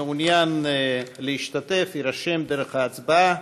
מי שמעוניין להשתתף יירשם דרך ההצבעה.